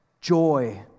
joy